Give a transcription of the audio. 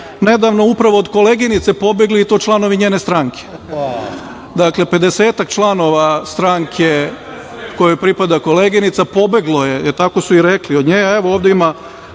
nedavno upravo od koleginice pobegli članovi njene stranke. Dakle, 50-ak članova stranke kojoj pripada koleginica pobeglo je, tako su i rekli, od nje. Evo, ovde ima,